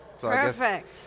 Perfect